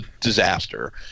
disaster